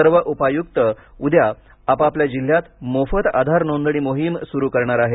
सर्व उप आयुक्त उद्या आपापल्या जिल्ह्यात मोफत आधार नोंदणी मोहीम उद्यापासून सुरू करणार आहेत